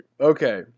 Okay